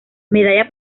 medalla